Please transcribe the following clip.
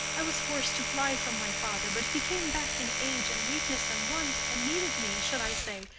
i was forced to fly from my father but if he came back in age and weakness and want, and needed me, should i say,